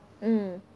mm